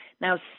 Now